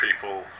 people